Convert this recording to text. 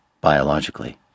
biologically